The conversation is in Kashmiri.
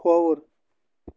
کھووُر